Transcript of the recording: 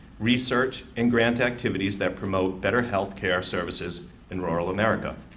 research, and grant activities that promote better health care services in rural america.